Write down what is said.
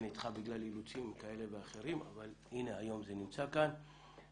זה נדמה בגלל אילוצים כאלה ואחרים אבל הנה היום זה נמצא כאן וברשותכם